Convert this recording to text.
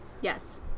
Yes